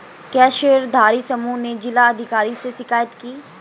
क्या शेयरधारी समूह ने जिला अधिकारी से शिकायत की?